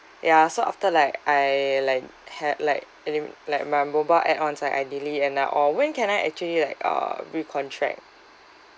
ya so after like I like had like any like my mobile add-ons I delete and I all when can I actually like uh recontract